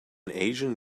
asian